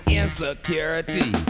insecurity